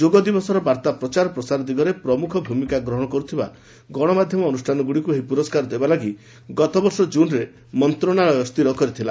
ଯୋଗ ଦିବସର ବାର୍ତ୍ତା ପ୍ରଚାର ପ୍ରସାର ଦିଗରେ ପ୍ରମୁଖ ଭୂମିକା ଗ୍ରହଣ କରୁଥିବା ଗଣମାଧ୍ୟମ ଅନୁଷ୍ଠାନଗୁଡ଼ିକୁ ଏହି ପୁରସ୍କାର ଦେବା ଲାଗି ଗତବର୍ଷ ଜୁନ୍ରେ ମନ୍ତ୍ରଣାଳୟ ସ୍ଥିର କରିଥିଲା